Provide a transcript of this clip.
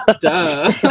duh